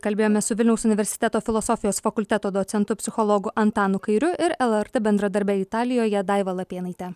kalbėjome su vilniaus universiteto filosofijos fakulteto docentu psichologu antanu kairiu ir lrt bendradarbe italijoje daiva lapėnaite